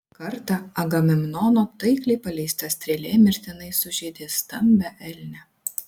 kartą agamemnono taikliai paleista strėlė mirtinai sužeidė stambią elnę